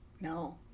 No